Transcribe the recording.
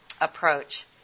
approach